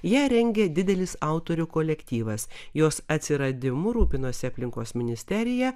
ją rengė didelis autorių kolektyvas jos atsiradimu rūpinosi aplinkos ministerija